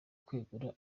kwegura